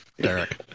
Derek